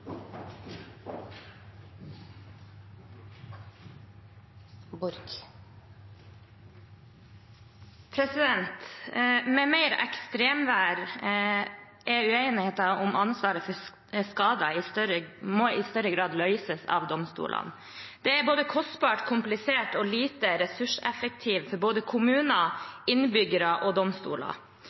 Borch. Med mer ekstremvær må uenigheten om ansvaret for skader i større grad løses av domstolene. Det er både kostbart, komplisert og lite ressurseffektivt for både kommuner, innbyggere og domstoler.